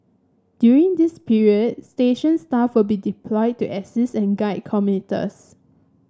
during this period station staff will be deployed to assist and guide commuters